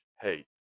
hey